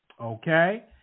Okay